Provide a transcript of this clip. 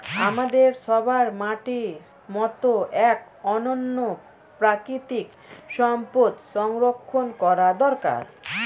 আমাদের সবার মাটির মতো এক অনন্য প্রাকৃতিক সম্পদ সংরক্ষণ করা দরকার